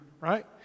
right